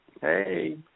Hey